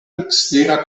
ekstera